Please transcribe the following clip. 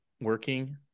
working